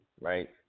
right